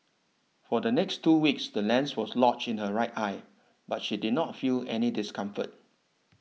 for the next two weeks the lens was lodged in her right eye but she did not feel any discomfort